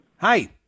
Hi